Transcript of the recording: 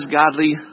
godly